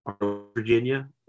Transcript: Virginia